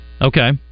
Okay